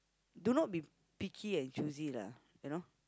do not be picky and choosy lah you know